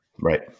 right